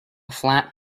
flat